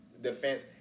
defense